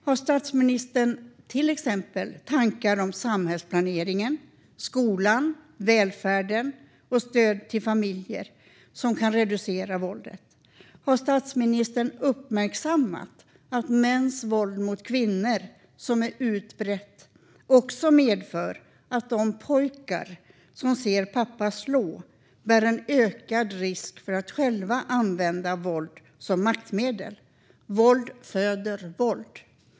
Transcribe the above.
Har statsministern tankar om till exempel samhällsplaneringen, skolan, välfärden och stöd till familjer för att reducera våldet? Har statsministern uppmärksammat att mäns våld mot kvinnor, som är utbrett, också medför att de pojkar som ser pappa slå löper en ökad risk för att själva använda våld som maktmedel? Våld föder våld.